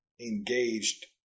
engaged